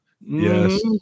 Yes